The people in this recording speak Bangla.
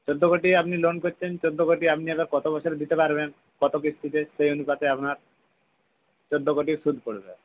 চোদ্দো কোটি আপনি লোন করছেন চোদ্দো কোটি আপনি এবার কতো বছরে দিতে পারবেন কতো কিস্তিতে সেই অনুপাতে আপনার চোদ্দো কোটির সুদ পড়বে